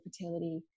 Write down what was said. fertility